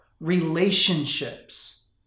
relationships